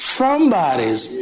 somebody's